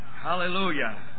Hallelujah